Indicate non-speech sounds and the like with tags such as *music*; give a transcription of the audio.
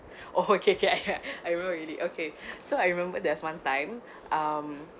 oh kay kay kay I remember already okay *breath* so I remember there's one time